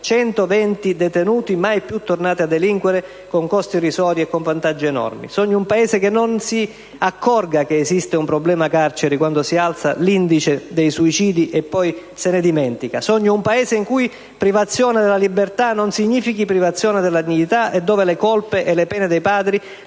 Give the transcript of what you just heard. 120 detenuti, mai più tornati a delinquere, con costi irrisori e con vantaggi enormi. Sogno un Paese che non si accorga che esiste un problema carceri quando si alza l'indice dei suicidi e poi se ne dimentica. Sogno un Paese in cui privazione della libertà non significhi privazione della dignità e dove le colpe e le pene dei padri